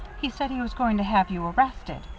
he said he was going to have you arrested.